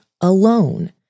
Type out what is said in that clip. alone